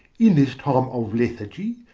in this time of lethargy,